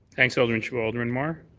thanks, alderman chabot. alderman mar?